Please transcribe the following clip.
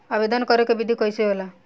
आवेदन करे के विधि कइसे होला?